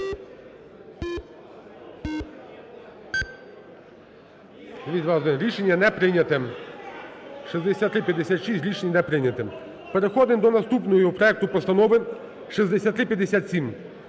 Рішення не прийняте. 6356, рішення не прийняте. Переходимо до наступного проекту постанови 6357.